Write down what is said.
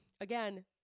again